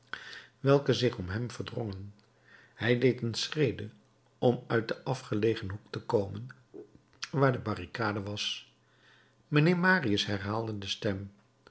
welke zich om hem verdrongen hij deed een schrede om uit den afgelegen hoek te komen waar de barricade was mijnheer marius herhaalde de stem